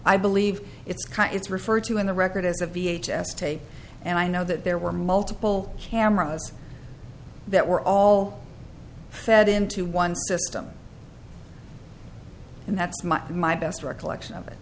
i believe it's it's referred to in the record as a v h s tape and i know that there were multiple cameras that were all fed into one system and that's my best recollection of it